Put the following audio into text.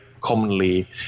commonly